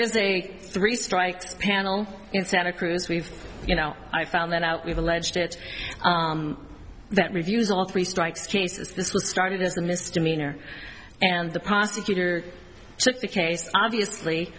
is a three strikes panel in santa cruz we've you know i found that out we've alleged it that reviews all three strikes cases this was started as a misdemeanor and the prosecutor shook the case obviously